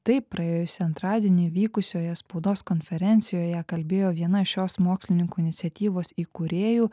taip praėjusį antradienį vykusioje spaudos konferencijoje kalbėjo viena šios mokslininkų iniciatyvos įkūrėjų